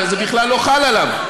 זה בכלל לא חל עליו.